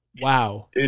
Wow